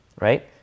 right